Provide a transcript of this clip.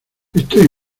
estoy